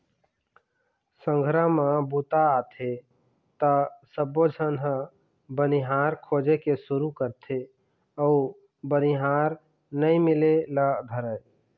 संघरा म बूता आथे त सबोझन ह बनिहार खोजे के सुरू करथे अउ बनिहार नइ मिले ल धरय